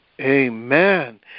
Amen